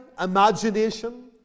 imagination